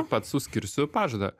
pats sau skirsiu pažadą